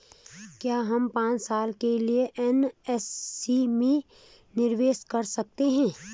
क्या हम पांच साल के लिए एन.एस.सी में निवेश कर सकते हैं?